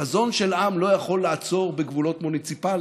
חזון של עם לא יכול לעצור בגבולות מוניציפליים.